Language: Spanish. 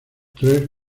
tres